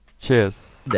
Cheers